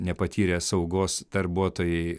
nepatyrę saugos darbuotojai